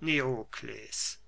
neokles